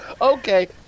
Okay